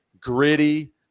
Gritty